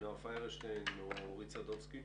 על הצד של מפעילי התחבורה הציבורית.